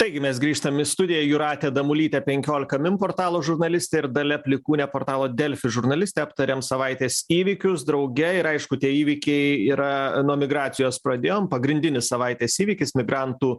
taigi mes grįžtam į studiją jūratė damulytė penkiolika min portalo žurnalistė ir dalia plikūnė portalo delfi žurnalistė aptariam savaitės įvykius drauge ir aišku tie įvykiai yra nuo migracijos pradėjom pagrindinis savaitės įvykis migrantų